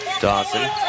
Dawson